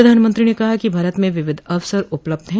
प्रधानमंत्री ने कहा कि भारत में विविध अवसर उपलब्ध हैं